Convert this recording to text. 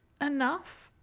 enough